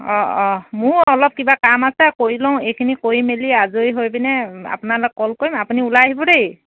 অঁ অঁ মোৰ অলপ কিবা কাম আছে কৰি লওঁ এইখিনি কৰি মেলি আজৰি হৈ পিনে আপোনালৈ কল কৰিম আপুনি ওলাই আহিব দেই